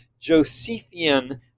Josephian